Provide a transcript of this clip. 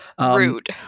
rude